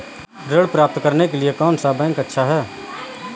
ऋण प्राप्त करने के लिए कौन सा बैंक अच्छा है?